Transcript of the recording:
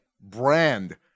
brand